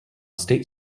state